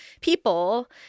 people